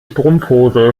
strumpfhose